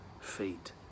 feet